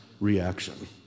reaction